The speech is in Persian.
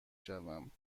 شوم